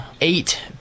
eight